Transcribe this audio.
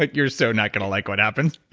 like you're so not going to like what happens